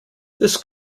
this